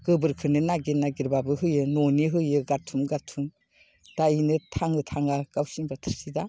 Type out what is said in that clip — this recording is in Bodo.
गोबोरखौनो नागिर नागिरबाबो होयो न'नि होयो गारथुम गारथुम दा बिनो थाङो थाङा गावसिनि खोथासै दा